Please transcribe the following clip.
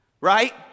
right